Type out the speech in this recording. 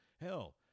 Hell